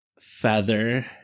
feather